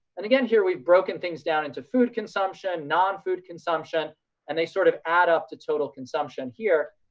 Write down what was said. and again, here we've broken things down into food consumption, non-food consumption and they sort of add up the total consumption here.